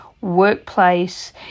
workplace